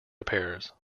repairs